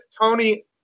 Tony